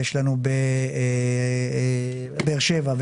בבאר שבע,